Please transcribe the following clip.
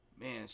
man